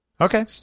Okay